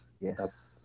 Yes